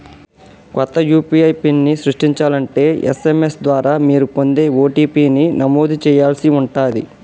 కొత్త యూ.పీ.ఐ పిన్ని సృష్టించాలంటే ఎస్.ఎం.ఎస్ ద్వారా మీరు పొందే ఓ.టీ.పీ ని నమోదు చేయాల్సి ఉంటాది